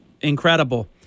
Incredible